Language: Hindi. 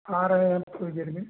आ रहे है थोड़ी देर में